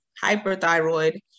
hyperthyroid